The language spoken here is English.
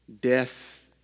Death